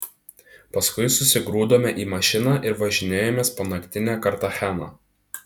paskui susigrūdome į mašiną ir važinėjomės po naktinę kartacheną